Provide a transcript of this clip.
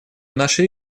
наши